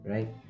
Right